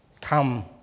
come